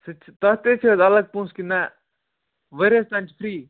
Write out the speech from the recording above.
سُہ تہِ چھِ تَتھ تہِ چھِ حظ الگ پونٛسہٕ کِنہٕ نہ ؤرِیِس تام چھِ فِرٛی